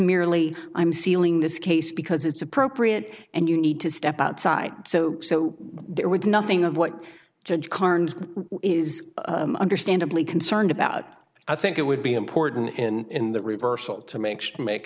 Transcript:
merely i'm sealing this case because it's appropriate and you need to step outside so so there was nothing of what judge carnes is understandably concerned about i think it would be important in the reversal to make make